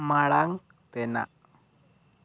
ᱢᱟᱲᱟᱝ ᱛᱮᱱᱟᱜ